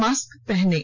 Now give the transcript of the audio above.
mask पहनें